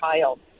child